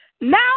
Now